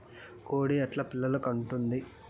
కోడి ఎట్లా పిల్లలు కంటుంది?